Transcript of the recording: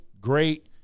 great